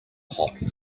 hot